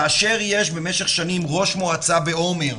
כאשר יש במשך שנים ראש מועצה בעומר,